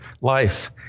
life